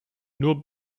nur